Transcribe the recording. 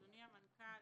אדוני המנכ"ל,